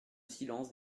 silence